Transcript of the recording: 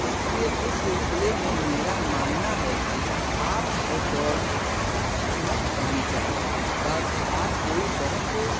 اس لیے اس سلسلے میں میرا ماننا ہے کہ آپ کو دوڑنے کی اچھی مشق ہونی چاہیے باقی آپ کوئی بہت